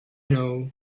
know